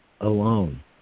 alone